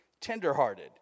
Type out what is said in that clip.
tenderhearted